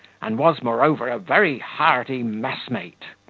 and was, moreover, a very hearty messmate.